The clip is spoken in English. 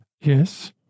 Yes